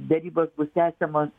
derybos bus tęsiamos